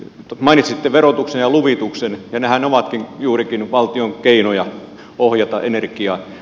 mainitsitte verotuksen ja luvituksen ja nehän ovat juurikin valtion keinoja ohjata energiaa